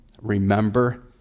remember